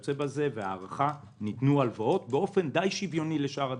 וההארחה ניתנו הלוואות באופן די שוויוני לשאר הדברים.